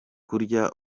kurya